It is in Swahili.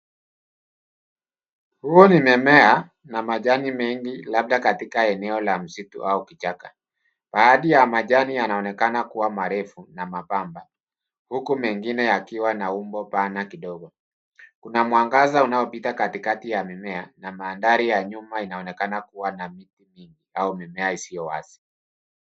Huu ni mmea na majani mini labda katika eneo la msitu au kichaka. Baadhi ya majani yanaonekana kuwa marefu na membamba huku mengine yakiwa na umbo pana kidogo. Kuna mwangaza unaopita katikati ya mimea na mandhari ya nyuma inaonekana kuwa na miti mingi au mimea isiyo wazi.